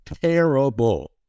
terrible